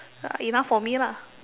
ya enough for me lah